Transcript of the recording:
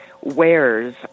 wares